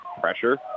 Pressure